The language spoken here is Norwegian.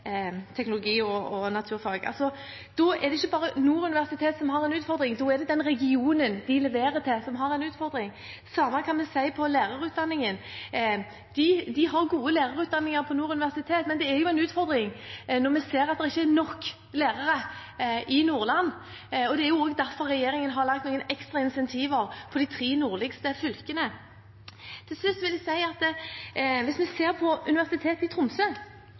teknologi og naturfag. Da er det ikke bare Nord universitet som har en utfordring, da er det den regionen de leverer til, som har en utfordring. Det samme kan man si om lærerutdanningen. De har gode lærerutdanninger på Nord universitet, men det er en utfordring når vi ser at det ikke er nok lærere i Nordland. Det er også derfor regjeringen har lagt inn noen ekstra incentiver for de tre nordligste fylkene. Til slutt vil jeg si at hvis vi ser på Universitetet i Tromsø